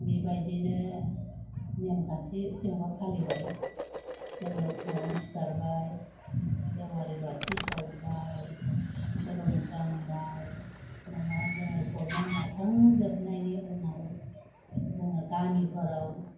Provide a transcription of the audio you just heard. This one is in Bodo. बेबायदिनो नेमखान्थि जेन'बा फालिबाय जोङो फुंआवनो सिखारबाय जेवारि बाथि सावबाय खुलुमस्रांबाय न'आव जोङो सनमान लाखांजोबनायनि उनाव जोङो गामिफोराव